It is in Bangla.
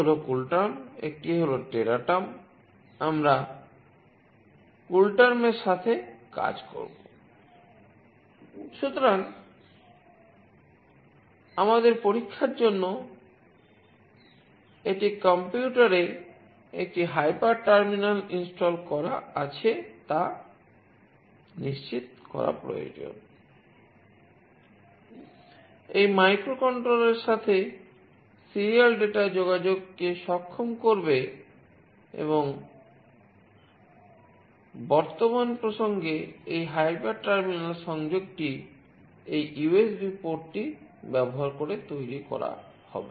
হাইপার টার্মিনাল পোর্টটি ব্যবহার করে তৈরি করা হবে